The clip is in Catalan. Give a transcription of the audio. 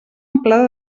amplada